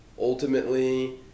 ultimately